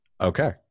okay